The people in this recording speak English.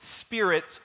spirits